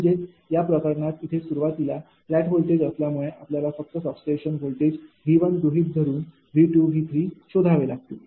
म्हणजेच या प्रकरणात इथे सुरवातीला फ्लॅट व्होल्टेज असल्यामुळे आपल्याला फक्त सबस्टेशन व्होल्टेज 𝑉 गृहित धरून 𝑉 𝑉 शोधावे लागतील